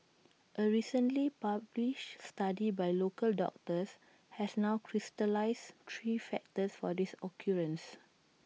A recently published study by local doctors has now crystallised three factors for this occurrence